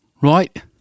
Right